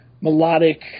melodic